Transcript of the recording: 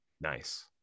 nice